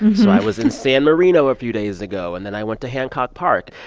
so i was in san marino a few days ago, and then i went to hancock park.